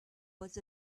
was